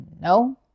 no